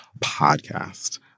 podcast